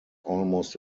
almost